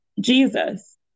Jesus